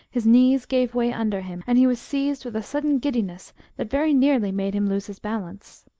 his knees gave way under him, and he was seized with a sudden giddiness that very nearly made him lose his balance.